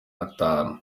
atanu